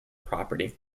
property